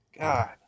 God